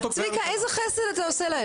צביקה, איזה חסד אתה עושה להם?